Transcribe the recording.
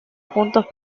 juntos